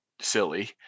silly